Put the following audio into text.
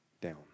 down